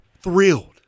thrilled